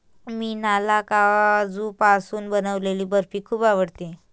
मीनाला काजूपासून बनवलेली बर्फी खूप आवडते